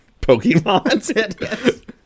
Pokemon